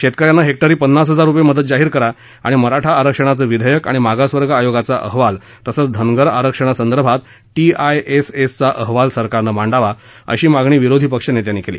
शेतकऱ्यांना हेक्टरी पन्नास हजार रुपये मदत जाहीर करा आणि मराठा आरक्षणाचं विधेयक आणि मागासवर्ग आयोगाचा अहवाल तसंच धनगर आरक्षणासंदर्भात टीआयएसएस चा अहवाल सरकारने मांडावा अशी मागणी विरोधी पक्षनेत्यांनी केली